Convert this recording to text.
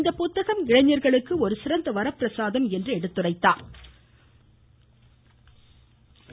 இந்த புத்தகம் இளைஞா்களுக்கு ஒரு சிறந்த வரப்பிரசாதம் என்று எடுத்துரைத்தாா்